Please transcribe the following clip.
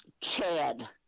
Chad